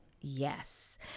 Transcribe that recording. Yes